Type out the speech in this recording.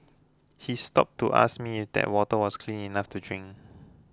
he stopped to ask me if that water was clean enough to drink